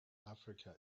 africa